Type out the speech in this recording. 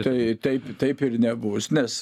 tai taip taip ir nebus nes